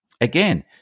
Again